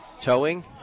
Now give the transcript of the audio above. Towing